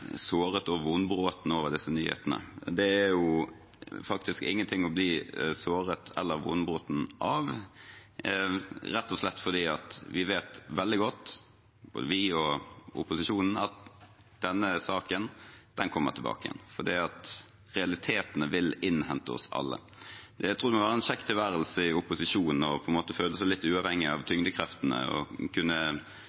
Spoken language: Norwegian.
og vonbrotne» over disse nyhetene. Det er faktisk ingenting å bli såra eller vonbroten over, rett og slett fordi vi vet veldig godt – både vi og opposisjonen – at denne saken kommer tilbake. Realitetene vil innhente oss alle. Jeg tror det må være en kjekk tilværelse i opposisjon på en måte å føle seg litt uavhengig av